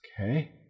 Okay